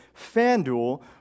FanDuel